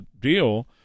deal